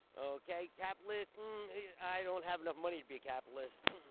ok, capitalist i don't have enough money to be a capitalist.